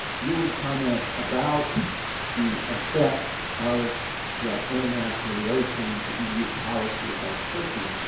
you would comment about the effects of the international relations, the eu policy about turkey.